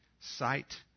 sight